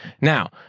now